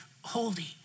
holy